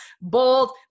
bold